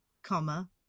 Comma